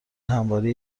همواره